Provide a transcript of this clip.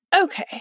Okay